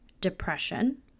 depression